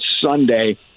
Sunday